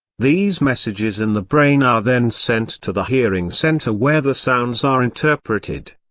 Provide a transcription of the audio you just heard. these messages in the brain are then sent to the hearing center where the sounds are interpreted.